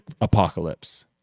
apocalypse